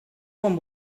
quan